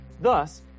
Thus